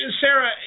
Sarah